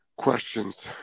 questions